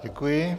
Děkuji.